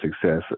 success